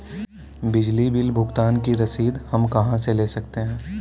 बिजली बिल भुगतान की रसीद हम कहां से ले सकते हैं?